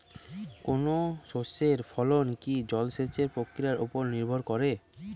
কোনো শস্যের ফলন কি জলসেচ প্রক্রিয়ার ওপর নির্ভর করে?